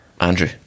Andrew